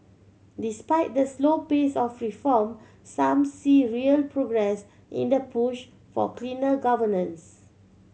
despite the slow pace of reform some see real progress in the push of cleaner governance